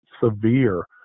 severe